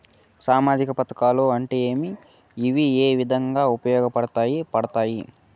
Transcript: సామాజిక పథకాలు అంటే ఏమి? ఇవి ఏ విధంగా ఉపయోగపడతాయి పడతాయి?